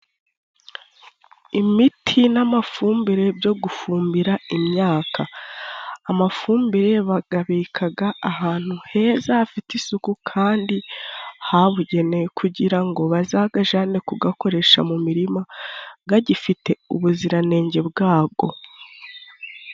Imiti n’amafumbire byo gufumbira imyaka. Amafumbire bagabikaga ahantu heza hafite isuku， kandi habugenewe， kugira ngo bazagajane kugakoresha mu mirima， gagifite ubuziranenge bwago.